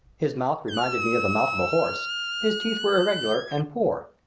his mouth reminded me of the mouth of a horse his teeth were irregular and poor.